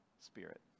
spirit